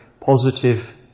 positive